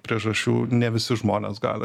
priežasčių ne visi žmonės gali